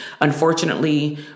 unfortunately